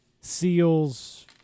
Seals